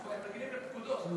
צריך לתת פקודה.